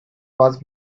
was